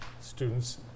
students